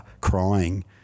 crying